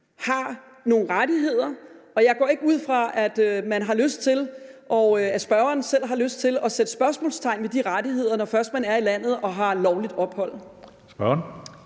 har nogle rettigheder. Jeg går ikke ud fra, at spørgeren selv har lyst til at sætte spørgsmålstegn ved de rettigheder, når først man er i landet og har lovligt ophold.